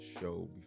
show